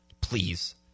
please